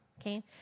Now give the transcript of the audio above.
okay